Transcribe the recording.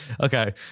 Okay